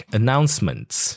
announcements